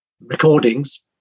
recordings